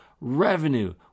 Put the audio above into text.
Revenue